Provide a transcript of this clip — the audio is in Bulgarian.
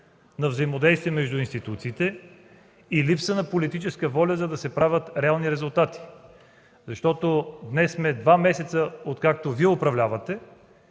на взаимодействие между институциите и липса на политическа воля да се правят реални резултати. Днес стават два месеца, откакто Вие управлявате